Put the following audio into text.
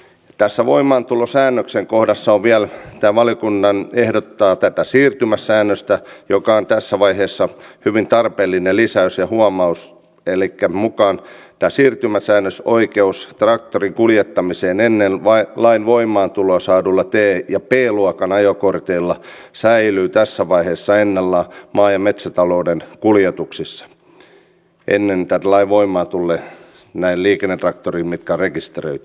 tässä voimaantulosäännöksen kohdassa vielä valiokunta ehdottaa tätä siirtymäsäännöstä joka on tässä vaiheessa hyvin tarpeellinen lisäys ja huomio elikkä tämä siirtymäsäännösoikeus traktorin kuljettamiseen ennen lain voimaantuloa saadulla t ja b luokan ajokorteilla säilyy tässä vaiheessa ennallaan maa ja metsätalouden kuljetuksissa näillä liikennetraktoreilla mitkä on rekisteröity